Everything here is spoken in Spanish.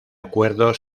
acuerdo